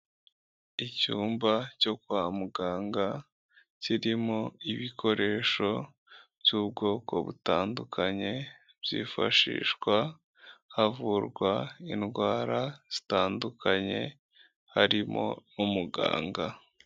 Icyumba cyo kwa muganga kirimo ibikoresho by'ubwoko butandukanye, byifashishwa havurwa indwara zitandukanye harimo n'umuganga.